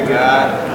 ובכן,